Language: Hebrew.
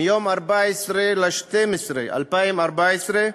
מיום 14 בדצמבר 2014,